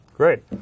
Great